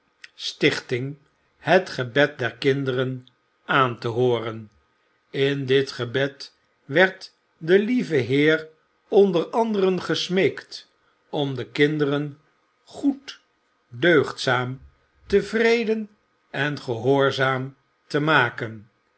stichting het gebed der kinderen aan te hooien in dit gebed werd de lieve heer onder anderen gesmeekt om de kinderen goed deugdzaam tevreden en gehoorzaam te maken